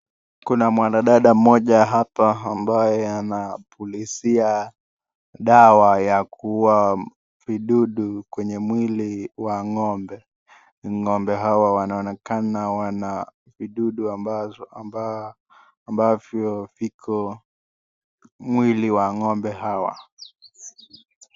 Kuna mwanadada mmoja hapa ambaye anapulizia dawa ya kuua vidudu kwenye mwili wa ng'ombe. Wanaonekana wana vidudu ambavyo viko mwili wa ng'ombe hawa.